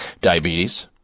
diabetes